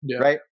right